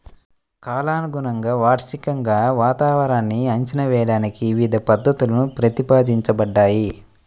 కాలానుగుణంగా, వార్షికంగా వాతావరణాన్ని అంచనా వేయడానికి వివిధ పద్ధతులు ప్రతిపాదించబడ్డాయి